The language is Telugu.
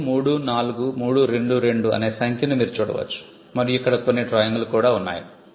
4534322 అనే సంఖ్యను మీరు చూడవచ్చు మరియు ఇక్కడ కొన్ని డ్రాయింగ్లు కూడా ఉన్నాయి